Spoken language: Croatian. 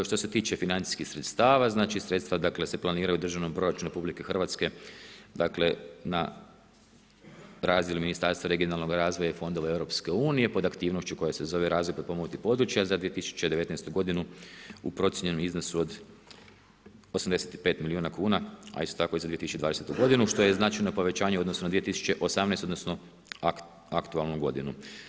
Što se tiče financijskih sredstava, znači sredstva se planiraju u državnom proračunu RH na razini Ministarstva regionalnog razvoja i fondova EU pod aktivnošću koja se zove Razvoj potpomognutih područja za 2019. godinu u procijenjenom iznosu od 85 milijuna kuna, a isto tako i za 2020. godinu, što je značajno povećanje u odnosu na 2018. odnosno aktualnu godinu.